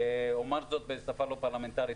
אומר בשפה לא פרלמנטרית,